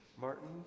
Martin